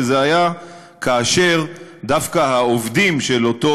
וזה היה כאשר דווקא העובדים של אותו